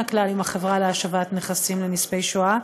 הכלל עם החברה להשבת נכסים לנספי השואה.